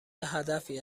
هدفی